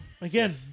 again